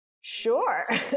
sure